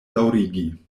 daŭrigi